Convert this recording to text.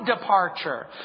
departure